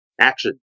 action